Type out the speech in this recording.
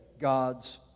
God's